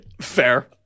fair